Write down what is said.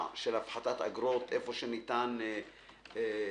של הפחתת אגרות איפה שניתן להפחית,